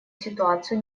ситуацию